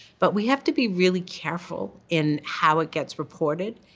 but we have to be really careful in how it gets reported,